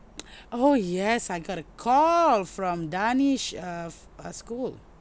oh yes I got a call from darnish uh uh school